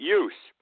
use